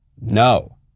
No